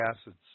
acids